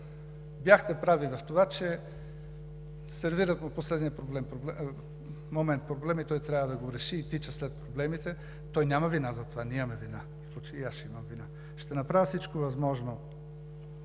Бяхте прави в това, че сервират в последния момент проблема и той трябва да го реши и тича след проблемите. Той няма вина за това, ние имаме вина, в случая и аз ще имам вина. Ще направя всичко възможно